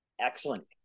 Excellent